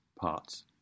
parts